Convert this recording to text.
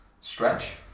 stretch